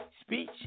speech